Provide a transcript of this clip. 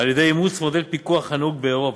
על-ידי אימוץ מודל פיקוח הנהוג באירופה.